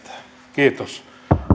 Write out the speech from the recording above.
kiitos arvoisa